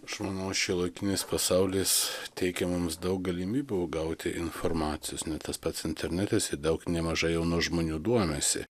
aš manau šiuolaikinis pasaulis teikia mums daug galimybių gauti informacijos net tas pats internetas daug nemažai jaunų žmonių domisi